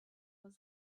was